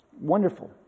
Wonderful